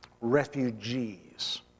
refugees